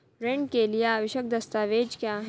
ऋण के लिए आवश्यक दस्तावेज क्या हैं?